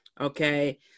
Okay